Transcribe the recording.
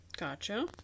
Gotcha